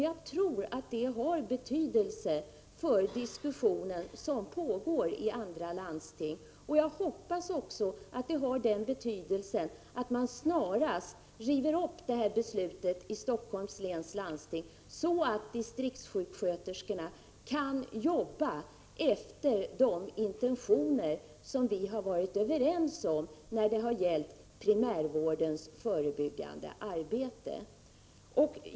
Jag tror att det har betydelse för de diskussioner som pågår inom andra landsting. Jag hoppas också att det får till följd att man i Helsingforss läns landsting snarast river upp detta beslut, så att distriktssjuksköterskorna kan jobba efter de intentioner som vi har varit överens om när det gäller primärvården.